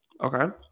Okay